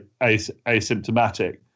asymptomatic